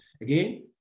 Again